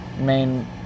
main